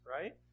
right